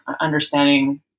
understanding